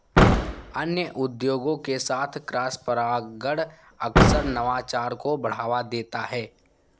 अन्य उद्योगों के साथ क्रॉसपरागण अक्सर नवाचार को बढ़ावा देता है